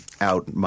out